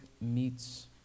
meets